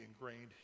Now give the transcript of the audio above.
ingrained